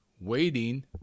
waiting